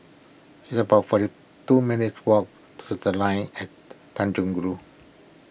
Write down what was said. it's about forty two minutes' walk to the Line At Tanjong Rhu